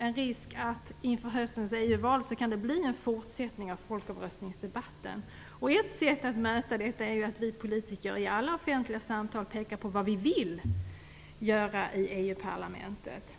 att det inför höstens EU-val finns en risk att det kan bli en fortsättning av folkomröstningsdebatten. Ett sätt att möta detta är att vi politiker i alla offentliga samtal pekar på vad vi vill göra i EU parlamentet.